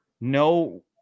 no